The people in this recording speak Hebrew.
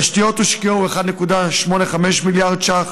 בתשתיות הושקעו 1.85 מיליארד ש"ח.